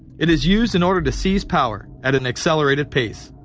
it is used in order to seize power at an accelerated pace.